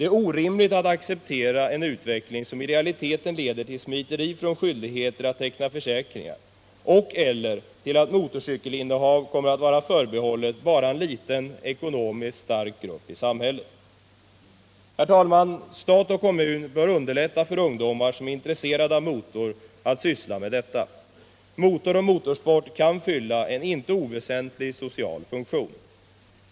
Det är orimligt att acceptera en utveckling som i realiteten leder till smiteri från skyldigheten att teckna försäkring och/eller till att motorcykelinnehav kommer att vara förbehållet bara en liten, ekonomiskt stark grupp i samhället. Stat och kommun bör underlätta för de ungdomar som är intresserade av att syssla med motor. Motor och motorsport kan fylla en icke oväsentlig social funktion.